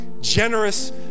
generous